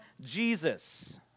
Jesus